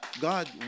God